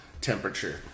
temperature